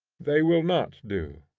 they will not do.